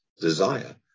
desire